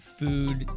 food